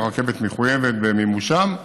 והרכבת מחויבת במימושם.